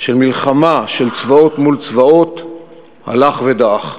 של מלחמה של צבאות מול צבאות הלך ודעך.